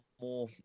more